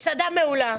מסעדה מעולה.